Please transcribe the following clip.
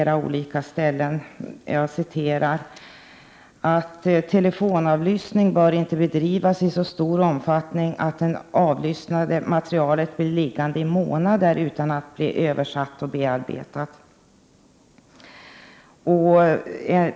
Man kan t.ex. läsa: Telefonavlyssning bör inte bedrivas i så stor omfattning att det avlyssnade materialet blir liggande i månader utan att bli översatt och bearbetat.